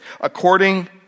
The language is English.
according